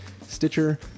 stitcher